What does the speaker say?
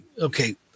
okay